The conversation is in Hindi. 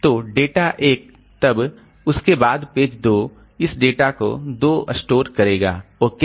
तो डेटा 1 तब उसके बाद पेज 2 इस डेटा को 2 स्टोर करेगा ओके